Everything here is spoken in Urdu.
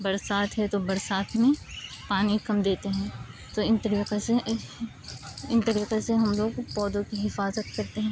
برسات ہے تو برسات میں پانی کم دیتے ہیں تو ان طریقے سے ان طریقے سے ہم لوگ پودوں کی حفاظت کرتے ہیں